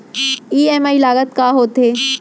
EMI लागत का होथे?